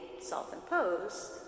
self-imposed